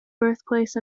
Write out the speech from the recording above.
birthplace